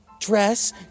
dress